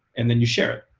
and then you share it.